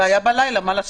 זה היה בלילה, מה לעשות.